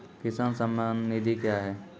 किसान सम्मान निधि क्या हैं?